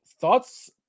Thoughts